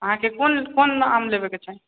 अहाँकेॅं कोन कोन आम लेबै के छै